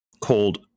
called